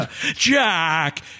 Jack